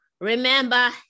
remember